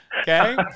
Okay